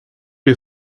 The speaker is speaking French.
les